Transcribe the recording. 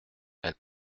elles